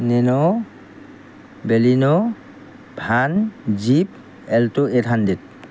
nano Baleno van jeep alto eight hundred